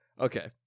Okay